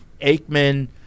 Aikman